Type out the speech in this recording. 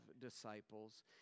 disciples